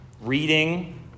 reading